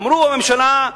אמרו בממשלה: